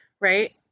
right